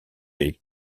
est